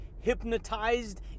hypnotized